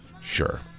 Sure